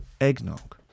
eggnog